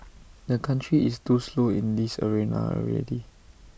the country is too slow in this arena already